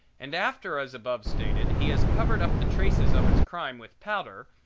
and after, as above stated, he has covered up the traces of his crime with powder,